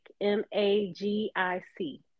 M-A-G-I-C